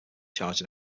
charged